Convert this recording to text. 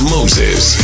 Moses